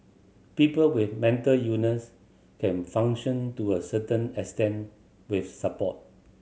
people with mental illness can function to a certain extent with support